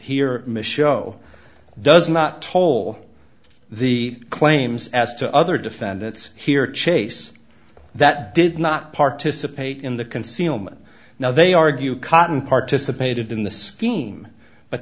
the show does not toll the claims as to other defendants here chase that did not participate in the concealment now they argue cotton participated in the scheme but